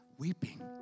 Weeping